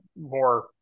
more